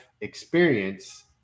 experience